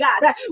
God